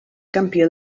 campió